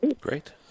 Great